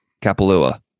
Kapalua